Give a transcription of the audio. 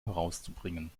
herauszubringen